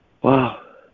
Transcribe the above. Wow